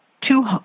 two